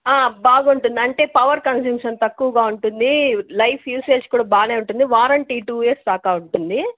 బాగుంటుంది అంటే power consumption తక్కువగా ఉంటుంది లైఫ్ యూసేజ్ కూడా బాగానే ఉంటుంది వారంటీ టూ ఇయర్స్ దాకా ఉంటుంది